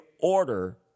order